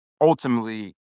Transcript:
ultimately